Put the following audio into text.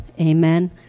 Amen